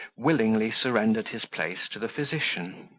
willingly surrendered his place to the physician.